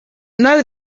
know